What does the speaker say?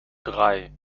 drei